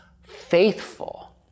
faithful